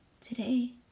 Today